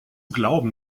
glauben